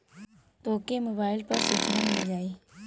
तोके मोबाइल पर सूचना मिल जाई